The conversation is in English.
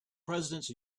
presidents